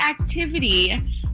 activity